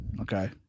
Okay